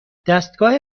دستگاه